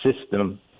system